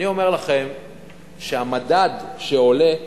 והמדד שעולה,